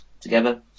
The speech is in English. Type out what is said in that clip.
together